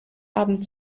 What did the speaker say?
abend